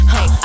Hey